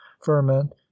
ferment